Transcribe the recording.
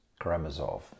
Karamazov